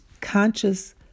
conscious